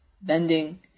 bending